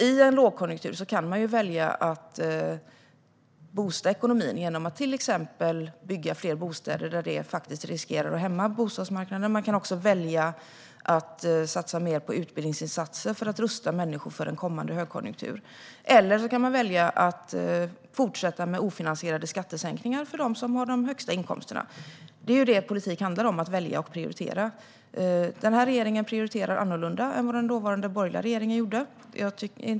I en lågkonjunktur kan man välja att boosta ekonomin genom att bygga fler bostäder när det annars finns risk att bostadsmarknaden hämmas. Man kan också välja att satsa mer på utbildningsinsatser för att rusta människor för en kommande högkonjunktur. Eller också kan man välja att fortsätta med ofinansierade skattesänkningar för dem som har de högsta inkomsterna. Det är ju det politik handlar om: att välja och prioritera. Den här regeringen prioriterar annorlunda än den dåvarande borgerliga regeringen gjorde.